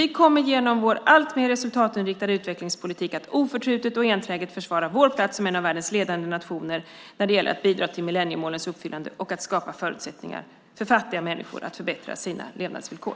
Vi kommer genom vår alltmer resultatinriktade utvecklingspolitik att oförtrutet och enträget försvara vår plats som en av världens ledande nationer när det gäller att bidra till millenniemålens uppfyllande och att skapa förutsättningar för fattiga människor att förbättra sina levnadsvillkor.